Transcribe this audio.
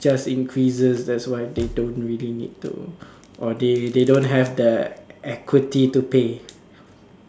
just increases that's why they don't really need to or they they don't have the equity to pay